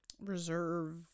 Reserve